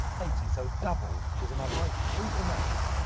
eighty, so double is another eighty. whose the mass?